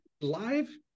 live